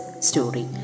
story